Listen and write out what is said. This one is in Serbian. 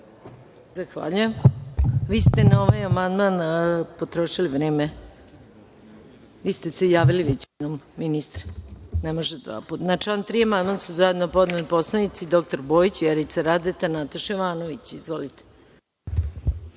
Zahvaljujem. Vi ste na ovaj amandman potrošili vreme. Vi ste se javili već jednom ministre, ne može dva puta. Na član 3 Amandman su zajedno podneli narodni poslanici prof. dr Milovan Bojić, Vjerica Radeta i Nataša Jovanović. Izvolite.